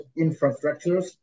infrastructures